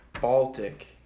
baltic